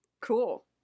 Cool